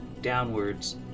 downwards